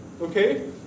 Okay